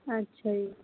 ਅੱਛਾ ਜੀ